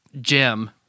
Jim